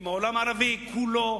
עם העולם הערבי כולו,